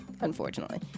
unfortunately